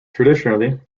traditionally